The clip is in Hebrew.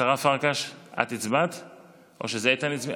השרה פרקש, את הצבעת או שאיתן הצביע?